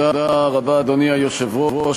אני קובע כי הצעת חוק מימון מפלגות (תיקון מס' 33 והוראת שעה),